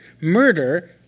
Murder